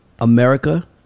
America